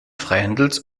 freihandels